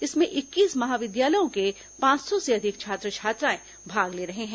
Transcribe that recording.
इसमें इक्कीस महाविद्यालयों के पांच सौ से अधिक छात्र छात्राएं भाग ले रहे हैं